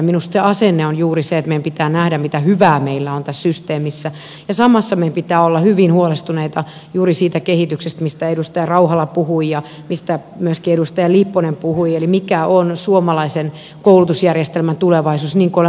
minusta se asenne on juuri se että meidän pitää nähdä mitä hyvää meillä on tässä systeemissä ja samassa meidän pitää olla hyvin huolestuneita juuri siitä kehityksestä mistä edustaja rauhala puhui ja mistä myöskin edustaja lipponen puhui eli siitä mikä on suomalaisen koulutusjärjestelmän tulevaisuus